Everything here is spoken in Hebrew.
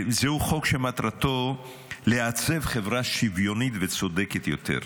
זהו חוק שמטרתו לעצב חברה שוויונית וצודקת יותר.